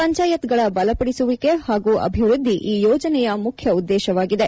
ಪಂಚಾಯತ್ಗಳ ಬಲಪಡಿಸುವಿಕೆ ಹಾಗೂ ಅಭಿವೃದ್ದಿ ಈ ಯೋಜನೆಯ ಮುಖ್ಯ ಉದ್ದೇಶವಾಗಿದೆ